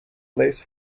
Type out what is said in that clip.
place